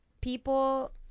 people